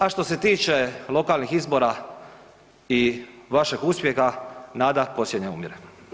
A što se tiče lokalnih izbora i vašeg uspjeha nada posljednja umire.